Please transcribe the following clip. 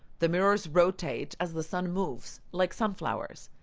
the mirrors rotate as the sun moves, like sunflowers.